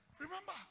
Remember